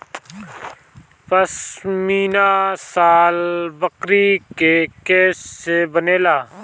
पश्मीना शाल बकरी के केश से बनेला